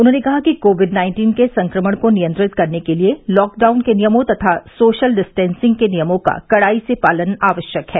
उन्होंने कहा कि कोविड नाइन्टीन के संक्रमण को नियंत्रित करने के लिए लॉकडाउन के नियमों तथा सोशल डिस्टेन्सिंग के नियमों का कड़ाई से पालन आवश्यक है